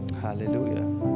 Hallelujah